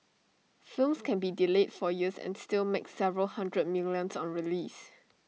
films can be delayed for years and still make several hundred millions on release